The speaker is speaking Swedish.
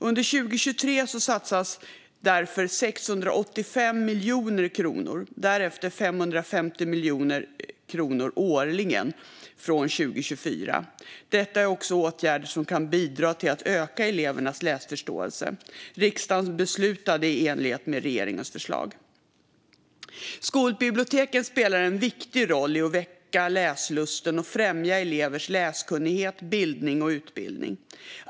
Under 2023 satsas därför 685 miljoner kronor och därefter 555 miljoner kronor årligen från 2024. Detta är också åtgärder som kan bidra till att öka elevernas läsförståelse. Riksdagen beslutade i enlighet med regeringens förslag. Skolbiblioteken spelar en viktig roll i att väcka läslusten och främja elevers läskunnighet, bildning och utbildning.